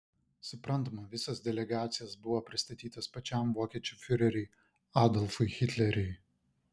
suprantama visos delegacijos buvo pristatytos pačiam vokiečių fiureriui adolfui hitleriui